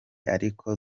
ariko